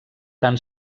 tant